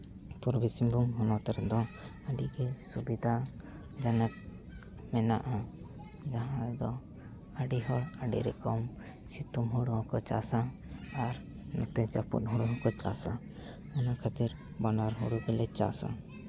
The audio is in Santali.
ᱯᱩᱨᱵᱤ ᱥᱤᱝᱵᱷᱩᱢ ᱦᱚᱱᱚᱛ ᱨᱮᱫᱚ ᱟᱹᱰᱤᱜᱮ ᱥᱩᱵᱤᱫᱷᱟ ᱡᱚᱱᱚᱠ ᱢᱮᱱᱟᱜᱼᱟ ᱡᱟᱦᱟᱸ ᱨᱮᱫᱚ ᱟᱹᱰᱤ ᱦᱚᱲ ᱟᱹᱰᱤ ᱨᱚᱠᱚᱢ ᱥᱤᱛᱩᱝ ᱦᱳᱲᱳ ᱦᱚᱸᱠᱚ ᱪᱟᱥᱟ ᱟᱨ ᱱᱚᱛᱮ ᱡᱟᱹᱯᱩᱫ ᱦᱩᱲᱩ ᱦᱚᱸᱠᱚ ᱪᱟᱥᱟ ᱚᱱᱟ ᱠᱷᱟᱹᱛᱤᱨ ᱵᱟᱱᱟᱨ ᱦᱳᱲᱳ ᱜᱮᱞᱮ ᱪᱟᱥᱟ